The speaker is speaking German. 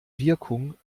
wirkung